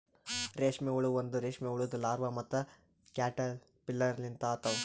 ರೇಷ್ಮೆ ಹುಳ ಒಂದ್ ರೇಷ್ಮೆ ಹುಳುದು ಲಾರ್ವಾ ಮತ್ತ ಕ್ಯಾಟರ್ಪಿಲ್ಲರ್ ಲಿಂತ ಆತವ್